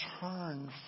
turn